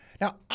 Now